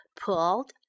pulled